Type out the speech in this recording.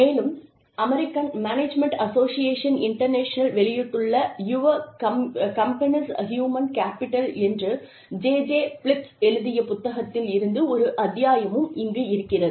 மேலும் American management association international வெளியிட்டுள்ள your company's human capital என்று ஜே ஜே பிலிப்ஸ் எழுதிய புத்தகத்தில் இருந்து ஒரு அத்தியாயமும் இந்த இருக்கிறது